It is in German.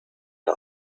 der